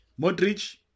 Modric